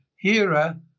Hera